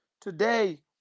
today